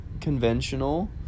conventional